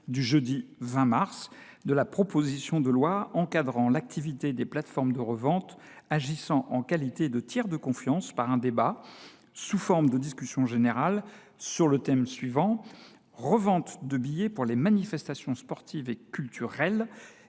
du jeudi 20 mars, de la proposition de loi encadrant l’activité des plateformes de revente agissant en qualité de tiers de confiance par un débat, sous forme de discussion générale, sur le thème :« Revente de billets pour les manifestations sportives et culturelles :